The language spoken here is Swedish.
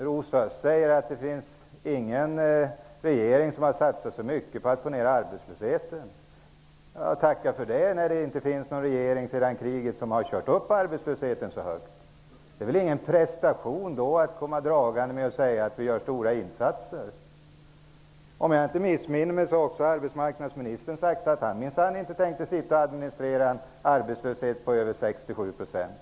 Rosa Östh säger att det inte finns någon regering som satsat mer än denna på att minska arbetslösheten. Ja, tacka för det! Ingen annan regering har ju under efterkrigstiden kört upp arbetslösheten så högt! Då är det väl inte en prestation att komma dragande med påståenden om stora insatser. Om jag inte missminner mig har också arbetsmarknadsministern sagt att han minsann inte tänkt administrera en arbetslöshet på över 6--7 %.